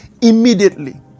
immediately